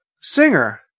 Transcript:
Singer